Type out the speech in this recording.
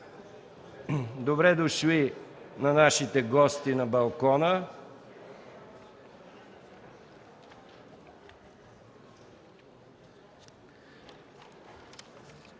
Добре дошли на нашите гости на балкона!